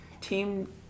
team